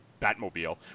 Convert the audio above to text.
Batmobile